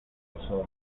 osorno